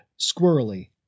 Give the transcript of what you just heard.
squirrely